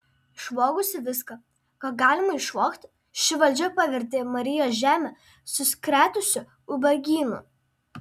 išvogusi viską ką galima išvogti ši valdžia pavertė marijos žemę suskretusiu ubagynu